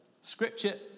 Scripture